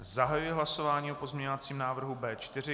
Zahajuji hlasování o pozměňovacím návrhu B4.